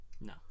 No